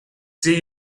see